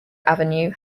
avenue